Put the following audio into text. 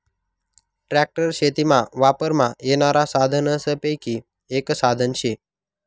tractor शेतीमा वापरमा येनारा साधनेसपैकी एक साधन शे